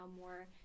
more